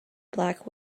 black